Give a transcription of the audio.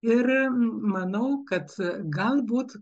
ir manau kad galbūt